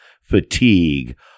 fatigue